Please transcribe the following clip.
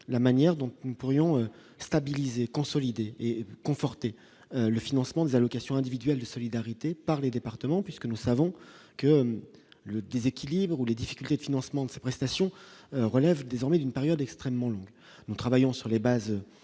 la manière dont nous pourrions stabilisée, consolidée et conforter le financement des allocations individuelles de solidarité par les départements, puisque nous savons que le déséquilibre ou les difficultés de financement de ces prestations relève désormais d'une période extrêmement longue, nous travaillons sur les bases